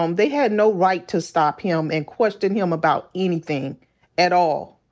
um they had no right to stop him um and question him about anything at all.